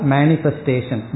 Manifestation